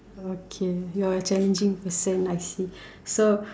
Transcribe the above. okay you're a challenging person I see so